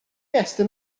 estyn